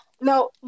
no